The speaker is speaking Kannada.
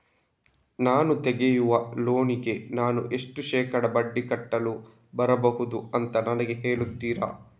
ನಾನು ತೆಗಿಯುವ ಲೋನಿಗೆ ನಾನು ಎಷ್ಟು ಶೇಕಡಾ ಬಡ್ಡಿ ಕಟ್ಟಲು ಬರ್ಬಹುದು ಅಂತ ನನಗೆ ಹೇಳ್ತೀರಾ?